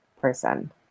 person